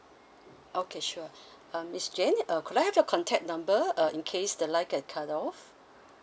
okay sure um miss jane uh could I have your contact number uh in case the line get cut off